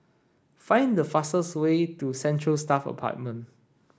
find the fastest way to Central Staff Apartment